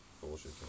bullshit